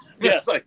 yes